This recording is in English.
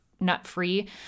nut-free